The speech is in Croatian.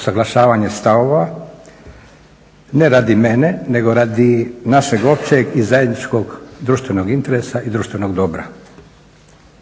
usaglašavanje stavova ne radi mene nego radi našeg općeg i zajedničkog društvenog interesa i društvenog dobra.